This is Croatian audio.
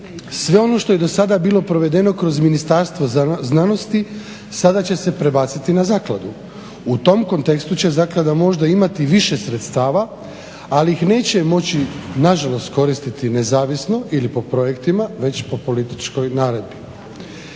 sve ono što je dosada bilo provedeno kroz Ministarstvo znanosti sada će se prebaciti na zakladu. U tom kontekstu će zaklada možda imati više sredstava ali ih neće moći nažalost koristiti nezavisno ili po projektima već po političkoj naredbi.